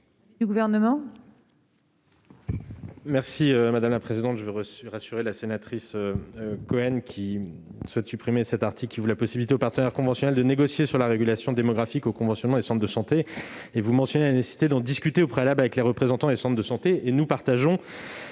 du Gouvernement ? Je tiens à rassurer Mme la sénatrice Cohen, qui souhaite supprimer un article ouvrant la possibilité aux partenaires conventionnels de négocier sur la régulation démographique au conventionnement des centres de santé, et lui rappeler la nécessité d'en discuter au préalable avec les représentants des centres de santé. Madame